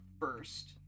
first